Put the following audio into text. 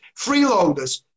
freeloaders